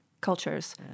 cultures